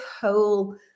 whole